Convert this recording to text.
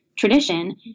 tradition